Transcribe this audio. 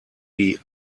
die